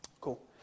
Cool